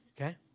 Okay